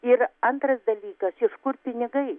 ir antras dalykas iš kur pinigai